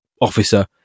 officer